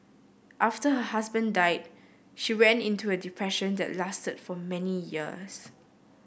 after her husband died she went into a depression that lasted for many years